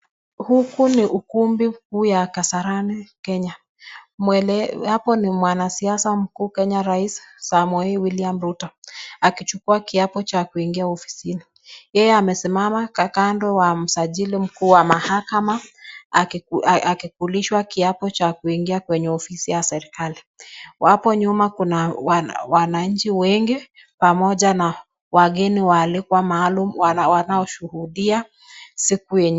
Huku ni ukumbi huu ya Kasarani, Kenya. Mwenye hapo ni mwanasiasa mkuu Kenya, Rais Samoei William Ruto, akichukua kiapo cha kuingia ofisini. Yeye amesimama kando wa msajili mkuu wa mahakama, akikulishwa kiapo cha kuingia kwenye ofisi ya serikali. Wapo nyuma kuna wananchi wengi pamoja na wageni waalikwa maalum wanaoshuhudia siku yenyewe.